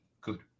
Good